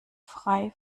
frei